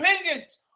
opinions